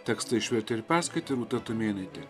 tekstą išvertė ir perskaitė rūta tumėnaitė